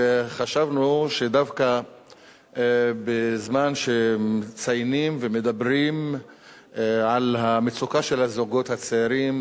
וחשבנו שדווקא בזמן שמציינים ומדברים על המצוקה של הזוגות הצעירים,